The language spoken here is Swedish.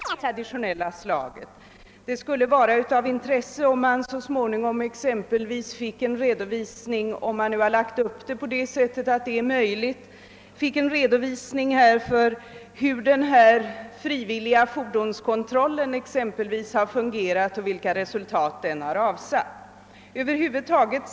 Herr talman! Jag tackar för svaret på den enkla frågan. Det ger en massiv redovisning av olika åtgärder som är vidtagna, och när man läser det gör man omedelbart den reflexionen att det knappast kan vara möjligt för någon enda trafikant att råka illa ut om han följer alla regler. Nu vet vi dess värre av erfarenhet att det inte fungerar så. De flesta vidtagna åtgärderna är naturligtvis av det traditionella slaget.